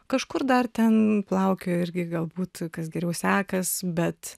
kažkur dar ten plaukiojo irgi galbūt kas geriau sekas bet